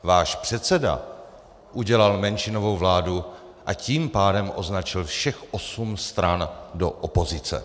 Váš předseda udělal menšinovou vládu, a tím pádem označil všech osm stran do opozice.